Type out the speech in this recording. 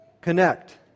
Connect